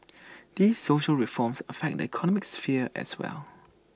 these social reforms affect the economic sphere as well